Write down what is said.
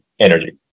energy